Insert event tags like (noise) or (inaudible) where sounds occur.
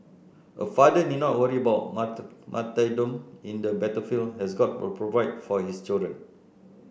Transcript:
a father need not worry about (unintelligible) martyrdom in the battlefield as God will provide for his children